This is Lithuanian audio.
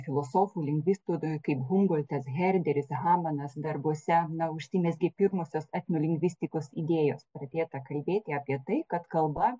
filosofų lingvistų kaip humboltas herderis hamanas darbuose na užsimezgė pirmosios etnolingvistikos idėjos pradėta kalbėti apie tai kad kalba